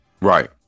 Right